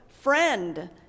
friend